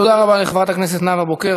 תודה רבה לחברת הכנסת נאוה בוקר.